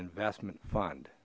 investment fund